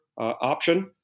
option